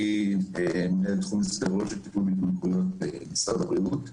אני מנהל תחום מסגרות של טיפול בהתמכרויות במשרד הבריאות.